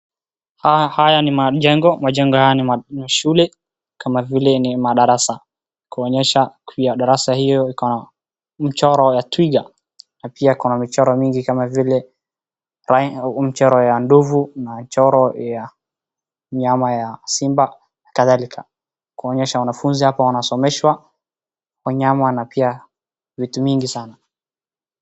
Haya ni majengo, majengo yaani shule, kama vile ni madarasa. Kuonyesha darasa hiyo iko na mchoro ya twiga na pia kuna michoro mingi kama vile michoro ya ndovu, na michoro ya mnyama simba na kadhalika. Kuonyesha wanafunzi hapa wanasomeshwa wanyama na pia vitu mingi sana.